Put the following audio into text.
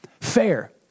fair